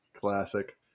Classic